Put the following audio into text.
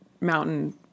mountain